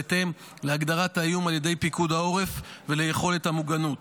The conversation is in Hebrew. בהתאם להגדרת האיום על ידי פיקוד העורף וליכולת המוגנות.